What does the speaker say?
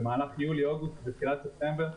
במהלך יולי-אוגוסט ותחילת ספטמבר,